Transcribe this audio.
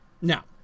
Now